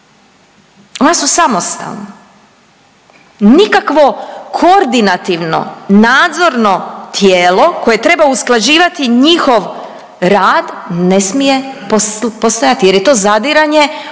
One su samostalne. Nikakvo koordinativno nadzorno tijelo koje treba usklađivati njihov rad ne smije postojati jer je to zadiranje u